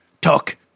talk